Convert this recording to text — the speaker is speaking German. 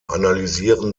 analysieren